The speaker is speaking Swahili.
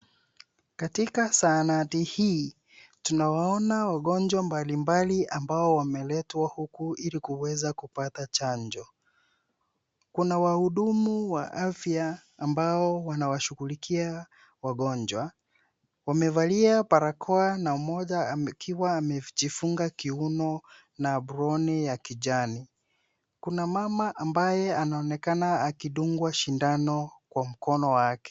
Katika zahanati hii, tunaona wagonjwa mbalimbali ambao wameletwa huku ili kuweza kupata chanjo. Kuna wahudumu wa afya ambao wanawashugulikia wagonjwa. Wamevalia barakoa na mmoja akiwa amejifunga kiono na aproni ya kijani. Kuna mama ambaye anaonekana akidungwa shindano kwa mkono wake.